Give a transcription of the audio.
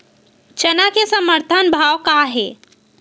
चना के समर्थन भाव का हे?